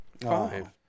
Five